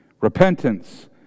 repentance